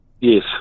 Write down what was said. Yes